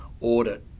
audit